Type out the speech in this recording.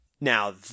Now